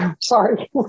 sorry